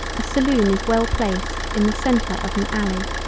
a saloon is well placed in the centre of an alley.